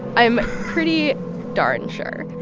i'm pretty darn sure.